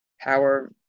power